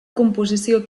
composició